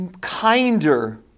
kinder